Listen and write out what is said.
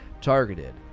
targeted